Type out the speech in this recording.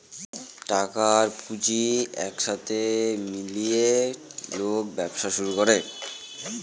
টাকা আর পুঁজি এক সাথে মিলিয়ে লোক ব্যবসা করে